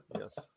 Yes